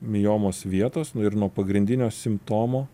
miomos vietos nu ir nuo pagrindinio simptomo